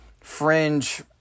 fringe